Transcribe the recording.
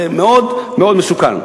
זה מאוד מסוכן.